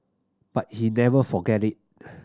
but he never forgot it